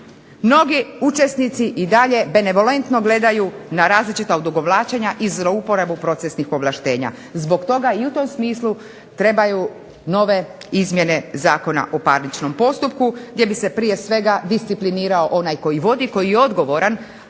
Mnogi učesnici i dalje benevolentno gledaju na različita odugovlačenja i zlouporabu procesnih ovlaštenja. Zbog toga i u tom smislu trebaju nove izmjene Zakona o parničnom postupku, gdje bi se prije svega disciplinirao onaj koji vodi, koji je odgovoran,